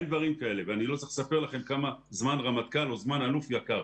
אין דברים כאלה ואני לא צריך לספר לכם כמה זמן רמטכ"ל או זמן אלוף יקר.